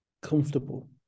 comfortable